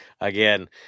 again